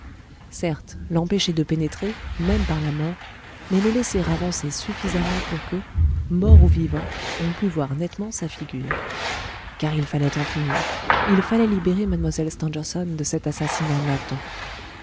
certes l'empêcher de pénétrer même par la mort mais le laisser avancer suffisamment pour que mort ou vivant on pût voir nettement sa figure car il fallait en finir il fallait libérer mlle stangerson de cet assassinat latent